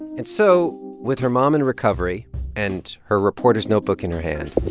and so with her mom in recovery and her reporter's notebook in her hand.